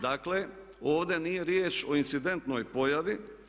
Dakle, ovdje nije riječ o incidentnoj pojavi.